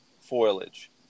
foliage